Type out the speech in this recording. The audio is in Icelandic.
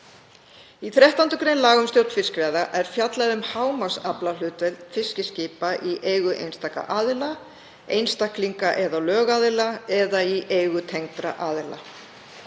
Í 13. gr. laga um stjórn fiskveiða er fjallað um hámarksaflahlutdeild fiskiskipa í eigu einstakra aðila, einstaklinga eða lögaðila, eða í eigu tengdra aðila.